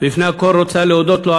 לפני הכול רוצה להודות לו,